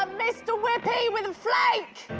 um mr. whipie with a flake.